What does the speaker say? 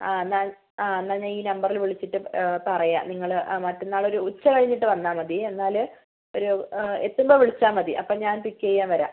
ആ എന്നാ ആ എന്നാൽ ഞാൻ ഈ നമ്പറിൽ വിളിച്ചിട്ട് പറയാം നിങ്ങൾ മറ്റന്നാളൊരു ഉച്ചകഴിഞ്ഞിട്ട് വന്നാൽ മതി എന്നാൽ ഒരു എത്തുമ്പോൾ വിളിച്ചാൽ മതി അപ്പോൾ ഞാൻ പിക്ക് ചെയ്യാൻ വരാം